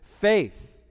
faith